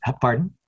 Pardon